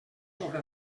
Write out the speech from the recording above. sobre